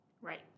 Right